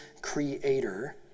creator